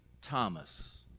Thomas